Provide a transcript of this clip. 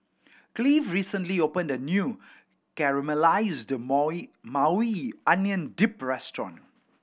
Cleave recently opened a new Caramelized Maui Onion Dip restaurant